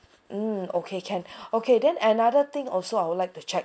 mm okay can okay then another thing also I would like to check